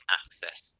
access